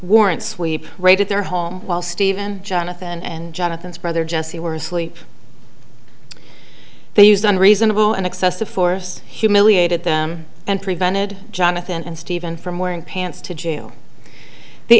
warrants we raided their home while steven jonathan and jonathan's brother jesse were asleep they used on reasonable and excessive force humiliated them and prevented jonathan and steven from wearing pants to jail the